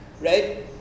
right